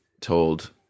told